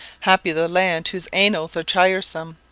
happy the land whose annals are tiresome!